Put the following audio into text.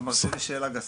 ערן: